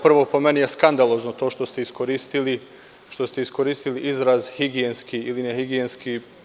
Prvo, po meni je skandalozno to što ste iskoristili izraz higijenski ili nehigijenski.